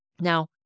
Now